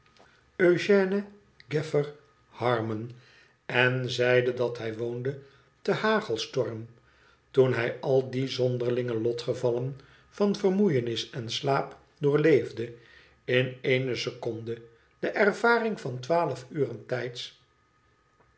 gaffer harmon en zeide dat hij woonde te hagelstorm toen hij al die zonderlinge lotgevallen van vermoeienis en slaap doorleefde in eene seconde de ervaring van twaalf uren tijds